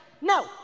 No